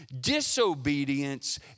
Disobedience